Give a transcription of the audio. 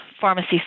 pharmacy